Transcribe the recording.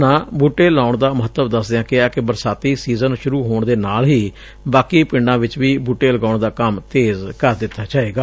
ਉਨ੍ਹਾਂ ਬੂਟੇ ਲਾਉਣ ਦਾ ਮਹੱਤਵ ਦਸਦਿਆਂ ਕਿਹਾ ਕਿ ਬਰਸਾਤੀ ਸੀਜ਼ਨ ਸ਼ੁਰੂ ਹੋਣ ਦੇ ਨਾਲ ਹੀ ਬਾਕੀ ਪਿਡਾਂ ਵਿੱਚ ਵੀ ਬੁਟੇ ਲਗਾਉਣ ਦਾ ਕੰਮ ਤੇਜ਼ ਕਰ ਦਿੱਤਾ ਜਾਵੇਗਾ